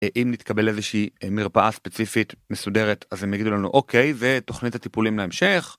אם נתקבל לאיזושהי מרפאה ספציפית מסודרת אז הם יגידו לנו אוקיי זה תוכנית הטיפולים להמשך.